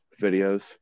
videos